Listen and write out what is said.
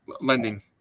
lending